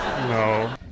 No